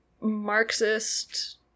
Marxist